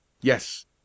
Yes